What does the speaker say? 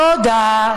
תודה.